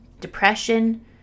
depression